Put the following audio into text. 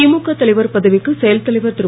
திமுக தலைவர் பதவிக்கு செயல்தலைவர் திரு